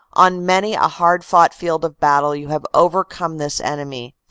on many a hard fought field of battle you have overcome this enemy.